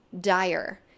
dire